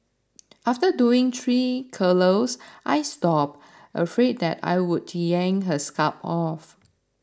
after doing three curlers I stopped afraid that I would yank her scalp off